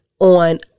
on